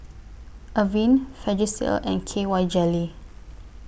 Avene Vagisil and K Y Jelly